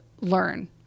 learn